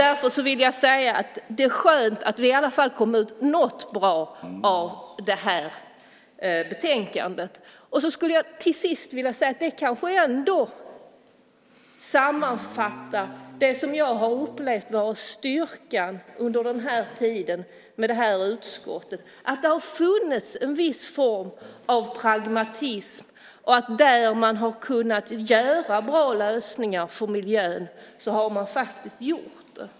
Därför vill jag säga att det är skönt att det i alla fall kom ut något bra av det här betänkandet. Jag skulle till sist vilja säga att det kanske ändå sammanfattar det som jag har upplevt vara styrkan under den här tiden med det här utskottet. Det har funnits en viss form av pragmatism. Där man har kunnat skapa bra lösningar för miljön har man faktiskt gjort det.